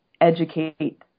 educate